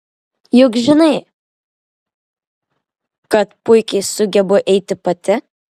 juk žinai kad puikiai sugebu eiti pati